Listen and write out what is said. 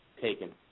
taken